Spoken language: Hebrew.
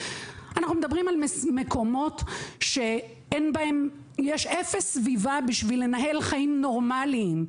אנחנו מדברים על מקומות שיש בהם אפס סביבה בשביל לנהל חיים נורמליים.